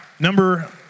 Number